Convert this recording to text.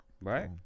right